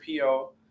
PO